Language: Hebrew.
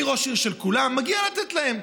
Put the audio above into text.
אני ראש עיר של כולם, מגיע לתת להם.